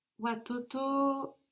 Watoto